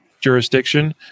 jurisdiction